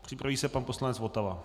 Připraví se pan poslanec Votava.